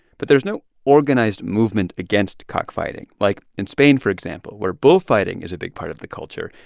but there's no organized movement against cockfighting like in spain, for example, where bullfighting is a big part of the culture.